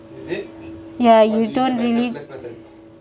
ya you don't really